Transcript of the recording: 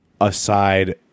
aside